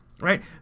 Right